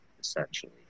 essentially